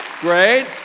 Great